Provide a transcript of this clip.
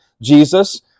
Jesus